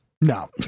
No